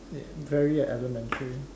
very elementary